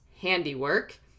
handiwork